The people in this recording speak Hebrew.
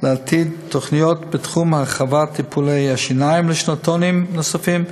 לעתיד תוכניות בתחום הרחבת טיפולי השיניים לשנתונים נוספים,